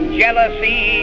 jealousy